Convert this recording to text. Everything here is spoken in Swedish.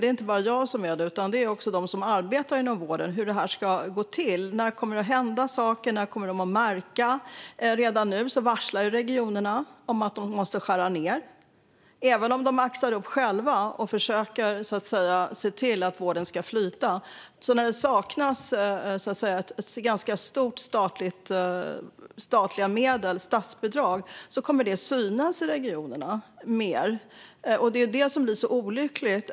Det är inte bara jag som är det, utan det är också de som arbetar inom vården. Hur ska detta gå till? När kommer det att hända saker? När kommer de att märka något? Redan nu varslar regionerna om att de måste skära ned. De kan maxa upp själva och försöka se till att vården flyter, men när det saknas statsbidrag kommer det att synas i regionerna. Det är det som blir så olyckligt.